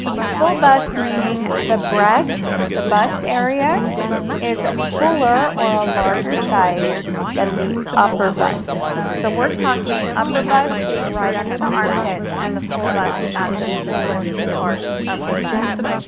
full bust, meaning the breast, the bust area is a fuller or a larger size than the upper bust. so we're talking upper bust being right under the armpits and the full bust at the fullest part of the bust.